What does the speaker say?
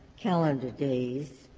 calendar days,